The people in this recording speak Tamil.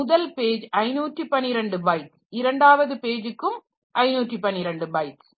முதல் பேஜ் 512 பைட்ஸ் இரண்டாவது பேஜுக்கும் 512 பைட்ஸ்